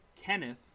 Kenneth